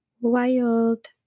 wild